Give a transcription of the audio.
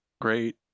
great